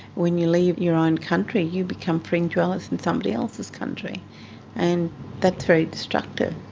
when you leave your own country you become fringe dwellers in somebody else's country and that's very destructive.